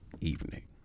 evening